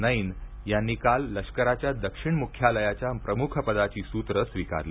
नैन यांनी काल लष्कराच्या दक्षिण मुख्यालयाच्या प्रमुखपदाची सूत्रे स्वीकारली